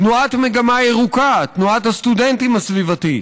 תנועת מגמה ירוקה, תנועת הסטודנטים הסביבתית,